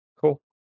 Cool